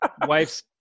wife's